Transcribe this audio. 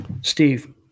Steve